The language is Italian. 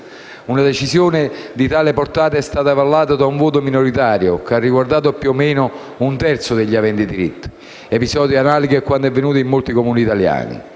Una decisione di tale portata è stata avallata da un voto minoritario che ha riguardato più o meno un terzo degli aventi diritto. Episodio analogo a quanto è avvenuto in molti Comuni italiani,